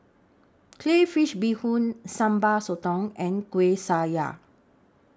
Crayfish Beehoon Sambal Sotong and Kueh Syara